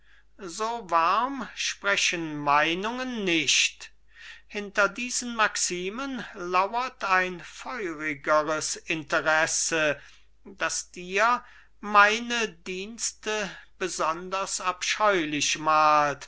so warm sprechen meinungen nicht hinter diesen maximen lauert ein feurigeres interessen das dir meine dienste besonders abscheulich malt das